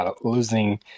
losing